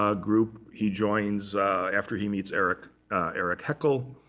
um group. he joins after he meets erich erich heckel.